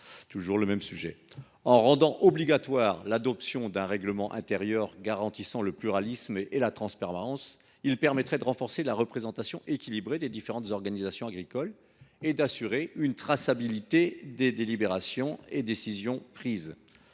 a pour objet de rendre obligatoire l’adoption d’un règlement intérieur garantissant le pluralisme et la transparence, afin de renforcer la représentation équilibrée des différentes organisations agricoles et d’assurer une traçabilité des délibérations et des décisions prises.